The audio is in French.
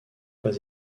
pas